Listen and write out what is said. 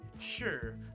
sure